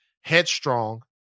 headstrong